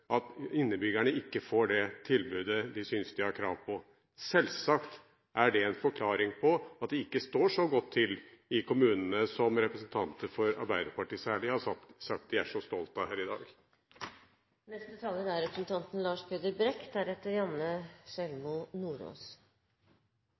at innbyggerne ikke får det tilbudet de syns de har krav på? Selvsagt er det en forklaring på at det ikke står så godt til i kommunene som særlig representanter fra Arbeiderpartiet har sagt at det gjør, og som de er så stolte av her i dag. Representanten Trine Skei Grande og jeg er